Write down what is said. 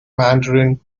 mandarin